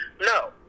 No